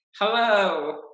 Hello